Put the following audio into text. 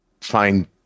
find